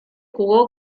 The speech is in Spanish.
jugó